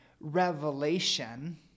revelation